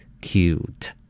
cute